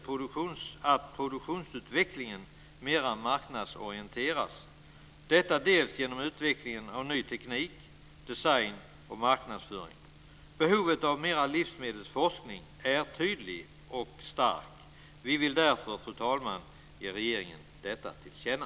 Produktionsutvecklingen behöver marknadsorienteras mer - detta bl.a. genom utvecklingen av ny teknik, design och marknadsföring. Behovet av mer livsmedelsforskning är tydligt och starkt. Vi vill därför, fru talman, ge regeringen detta till känna.